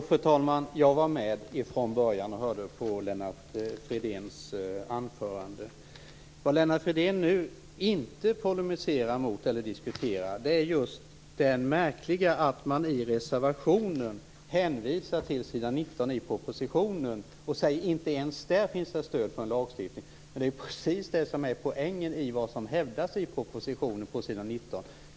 Fru talman! Jo, jag lyssnade ifrån början på Lennart Fridéns anförande. Vad Lennart Fridén nu inte diskuterar är det märkliga att man i reservationen hänvisar till s. 19 i propositionen. Han säger att det inte ens där finns ett stöd för en lagstiftning. Men det är precis det som är poängen i vad som hävdas på s.